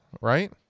right